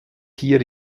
hier